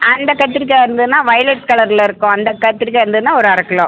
அந்த கத்திரிக்கா இருந்துதுன்னா வைலட் கலர்ல இருக்கும் அந்த கத்திரிக்கா இருந்துதுன்னா ஒரு அரக் கிலோ